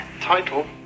Title